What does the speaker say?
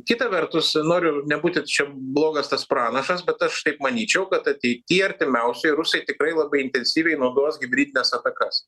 kita vertus noriu nebūti čia blogas tas pranašas bet aš taip manyčiau kad ateity artimiausioj rusai tikrai labai intensyviai naudos hibridines atakas